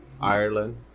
Ireland